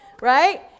right